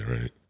right